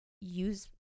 use